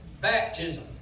baptism